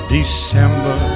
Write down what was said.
December